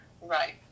Right